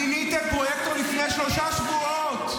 מיניתם פרויקטור לפני שלושה שבועות.